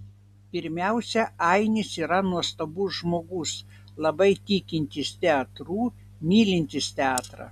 pirmiausia ainis yra nuostabus žmogus labai tikintis teatru mylintis teatrą